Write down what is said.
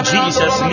Jesus